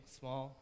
small